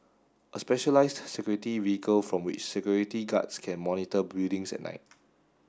a specialised security vehicle from which security guards can monitor buildings at night